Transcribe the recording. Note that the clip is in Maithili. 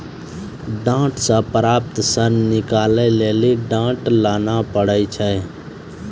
डांट से प्राप्त सन निकालै लेली डांट लाना पड़ै छै